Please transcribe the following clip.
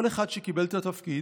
כל אחד שקיבל את התפקיד,